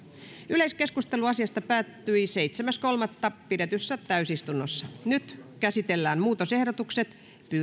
yleiskeskustelu asiasta päättyi seitsemäs kolmatta kaksituhattayhdeksäntoista pidetyssä täysistunnossa nyt käsitellään muutosehdotukset